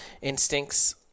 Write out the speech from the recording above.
instincts